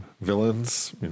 villains